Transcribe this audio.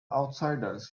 outsiders